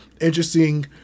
interesting